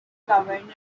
governor